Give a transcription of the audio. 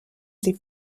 sie